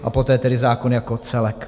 A poté tedy zákon jako celek.